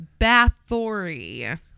Bathory